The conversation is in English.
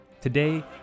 Today